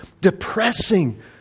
depressing